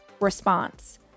response